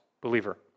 believer